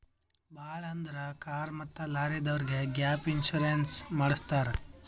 ಭಾಳ್ ಅಂದುರ್ ಕಾರ್ ಮತ್ತ ಲಾರಿದವ್ರೆ ಗ್ಯಾಪ್ ಇನ್ಸೂರೆನ್ಸ್ ಮಾಡುಸತ್ತಾರ್